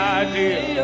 idea